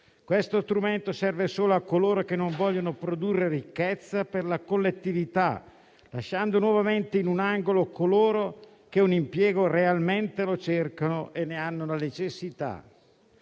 Questo strumento serve solo a coloro che non vogliono produrre ricchezza per la collettività, lasciando nuovamente in un angolo quelli che un impiego realmente lo cercano e ne hanno la necessità,